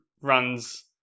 runs